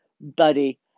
buddy